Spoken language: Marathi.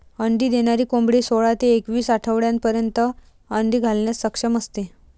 अंडी देणारी कोंबडी सोळा ते एकवीस आठवड्यांपर्यंत अंडी घालण्यास सक्षम असते